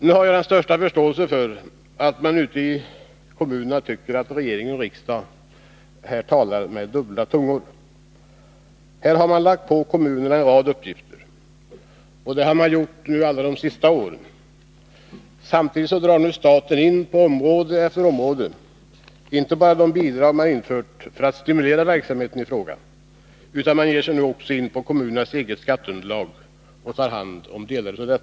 Jag har den största förståelse för att man ute i kommunerna tycker att regering och riksdag här talar med dubbla tungor. Här har staten lagt på kommunerna en rad uppgifter, ännu så sent som de allra senaste åren. Samtidigt drar nu staten, på område efter område, inte bara in de bidrag som Nr 118 man infört för att stimulera fram verksamheten i fråga, utan ger sig också in Onsdagen den på kommunernas eget skatteunderlag och tar hand om delar av det.